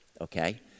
okay